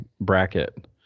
bracket